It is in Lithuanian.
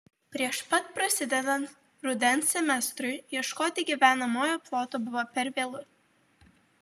prieš pat prasidedant rudens semestrui ieškoti gyvenamojo ploto buvo per vėlu